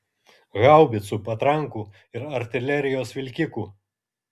haubicų patrankų ir artilerijos vilkikų